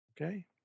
Okay